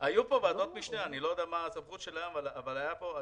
זה לא מדויק,